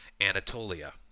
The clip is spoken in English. Anatolia